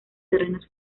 terrenos